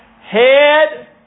head